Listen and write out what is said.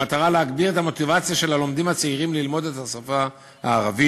במטרה להגביר את המוטיבציה של הלומדים הצעירים ללמוד את השפה הערבית,